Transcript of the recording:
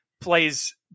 plays